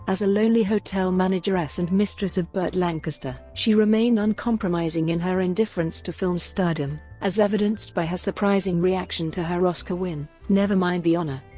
as a lonely hotel manageress and mistress of burt lancaster. she remained uncompromising in her indifference to film stardom, as evidenced by her surprising reaction to her oscar win never mind the honour,